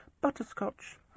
butterscotch